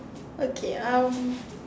okay um